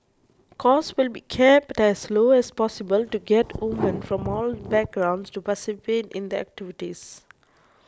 costs will be kept as low as possible to get women from all backgrounds to participate in the activities